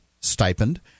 stipend